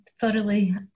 thoroughly